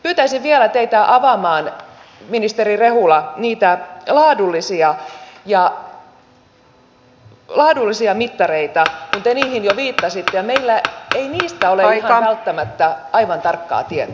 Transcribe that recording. pyytäisin vielä teitä avaamaan ministeri rehula niitä laadullisia mittareita kun te niihin jo viittasitte ja meillä ei niistä ole ihan välttämättä aivan tarkkaa tietoa